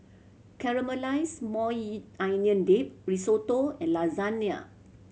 Caramelized Maui Onion Dip Risotto and Lasagne